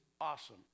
awesome